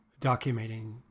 documenting